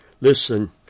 Listen